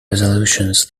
resolutions